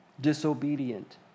disobedient